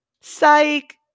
Psych